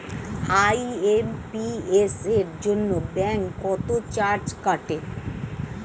IMPS এর জন্য bank কত চার্জ কাটে?